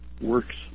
works